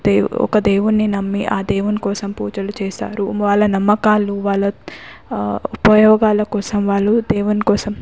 ఒక దేవున్ని నమ్మి ఆ దేవుడి కోసం పూజలు చేస్తారు వాళ్ళ నమ్మకాలు వాళ్ళ ఉపయోగాల కోసం వాళ్ళు దేవుని కోసం